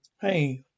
Hey